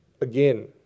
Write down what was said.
Again